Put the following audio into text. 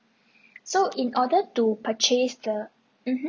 so in order to purchase the mmhmm